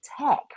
tech